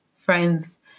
friends